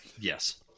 yes